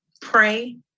Pray